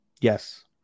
Yes